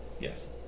Yes